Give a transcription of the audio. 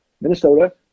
Minnesota